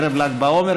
ערב ל"ג בעומר,